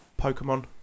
Pokemon